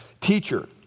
Teacher